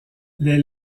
les